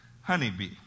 honeybee